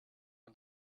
und